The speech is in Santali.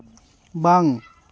ᱵᱟᱝ